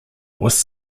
was